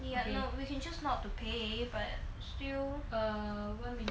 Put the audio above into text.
you know you can choose not to pay but still a win me